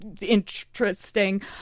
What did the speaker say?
interesting